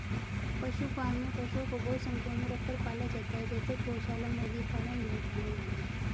पशु फॉर्म में पशुओं को बहुत संख्या में रखकर पाला जाता है जैसे गौशाला, मुर्गी पालन, भेड़ पालन आदि